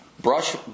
brush